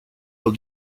los